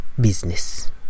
business